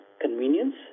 convenience